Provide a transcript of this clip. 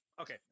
Okay